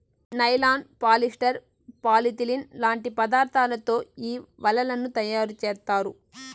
nylon, polyester, polythene లాంటి పదార్థాలతో ఈ వలలను తయారుచేత్తారు